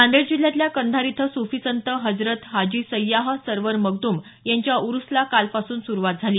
नांदेड जिल्ह्यातल्या कंधार इथं सुफी संत हजरत हाजी सय्याह सरवर मगदुम यांच्या ऊर्सला कालपासून सुरूवात झाली